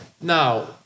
Now